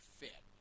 fit